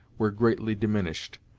were greatly diminished.